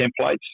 templates